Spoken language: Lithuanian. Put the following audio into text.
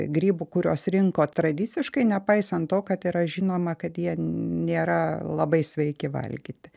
grybų kuriuos rinko tradiciškai nepaisant to kad yra žinoma kad jie nėra labai sveiki valgyti